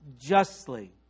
justly